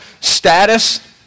status